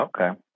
Okay